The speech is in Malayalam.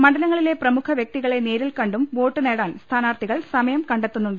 മണ്ഡലങ്ങളിലെ പ്രമുഖ വൃക്തി കളെ നേരിൽകണ്ടും വോട്ട് നേടാൻ സ്ഥാനാർഥികൾ സമയം കണ്ടെത്തുന്നുണ്ട്